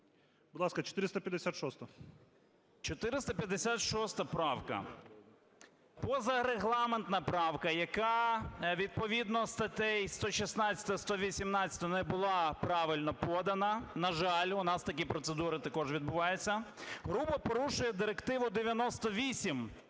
Будь ласка, 456-а.